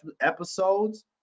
episodes